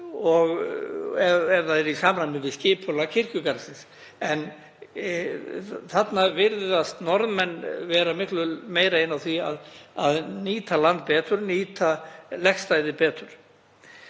og ef það er í samræmi við skipulag kirkjugarðsins. Þarna virðast Norðmenn vera miklu meira inni á því að nýta land betur, nýta legstæði betur.